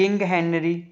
king henry